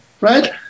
right